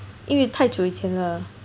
因为太久以前了